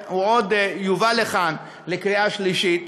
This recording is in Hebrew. שהוא עוד יובא לכאן לקריאה שלישית,